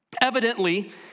evidently